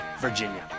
Virginia